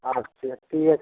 আচ্ছা ঠিক আছে